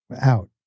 Out